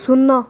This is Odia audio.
ଶୂନ